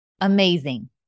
amazing